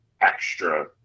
extra